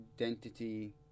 identity